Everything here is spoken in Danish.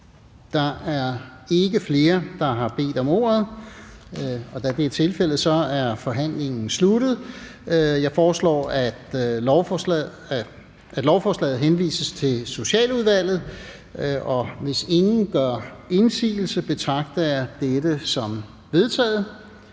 Der er ikke flere, der har bedt om ordet, og derfor er forhandlingen afsluttet. Jeg foreslår, at lovforslaget henvises til Socialudvalget. Hvis ingen gør indsigelse, betragter jeg det som vedtaget.